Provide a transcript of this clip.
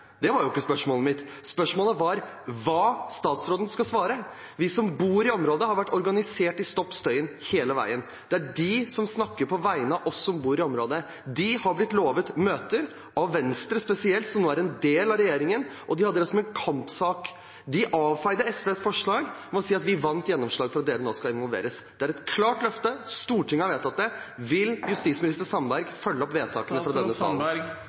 det var ikke spørsmålet mitt. Spørsmålet var hva statsråden skal svare. Vi som bor i området, har vært organisert i Stopp støyen! hele veien. Det er de som snakker på vegne av oss som bor i området, de har blitt lovet møter – av Venstre spesielt, som nå er en del av regjeringen, og som hadde det som en kampsak. De avfeide SVs forslag ved å si at vi fikk gjennomslag for at de nå skulle involveres. Det er et klart løfte, Stortinget har vedtatt det. Vil justisminister Sandberg følge opp vedtakene fra denne